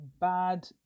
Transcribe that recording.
bad